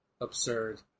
Absurd